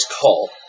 Call